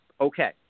okay